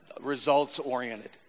results-oriented